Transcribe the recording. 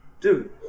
Dude